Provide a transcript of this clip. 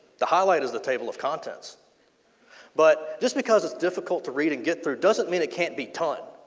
the highlight is the table of contents but just because it's d ifficult to read and get through doesn't mean it can't be done,